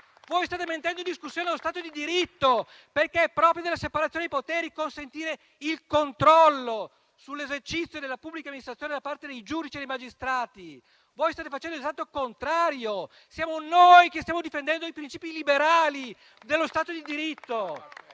Voi state mettendo in discussione lo Stato di diritto, perché è proprio della separazione dei poteri consentire il controllo sull'esercizio della pubblica amministrazione da parte dei giudici e dei magistrati. Voi state facendo l'esatto contrario. Siamo noi che stiamo difendendo i principi liberali dello Stato di diritto.